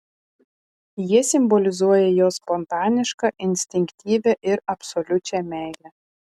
jie simbolizuoja jo spontanišką instinktyvią ir absoliučią meilę